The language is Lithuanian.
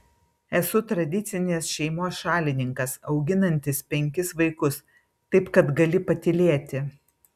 esu tradicinės šeimos šalininkas auginantis penkis vaikus taip kad gali patylėti